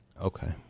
okay